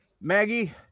Maggie